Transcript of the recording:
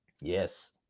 Yes